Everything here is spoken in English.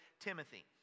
Timothy